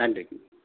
நன்றிங்க